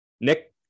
Nick